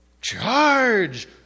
charge